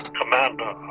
commander